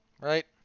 Right